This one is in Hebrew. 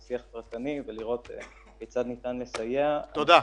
שיח פרטני ולראות כיצד ניתן לסייע --- תודה.